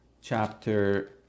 chapter